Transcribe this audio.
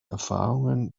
erfahrungen